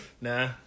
Nah